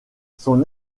son